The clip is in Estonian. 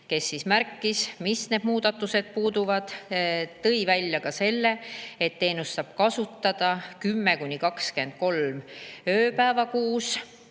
kes märkis, mida need muudatused puudutavad. Ta tõi välja ka selle, et teenust saab kasutada 10–23 ööpäeva kuus.